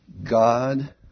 God